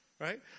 Right